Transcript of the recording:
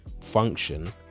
function